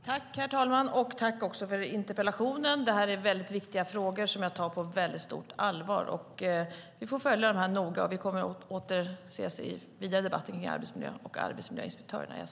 Herr talman! Tack för interpellationen. Detta är väldigt viktiga frågor som jag tar på mycket stort allvar. Vi får följa dem noga. Jag är säker på att vi ses åter i vidare debatter om arbetsmiljön och arbetsmiljöinspektörerna.